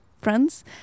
friends